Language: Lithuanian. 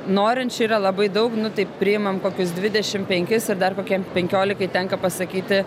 norinčių yra labai daug nu tai priimam kokius dvidešim penkis ir dar kokiem penkiolikai tenka pasakyti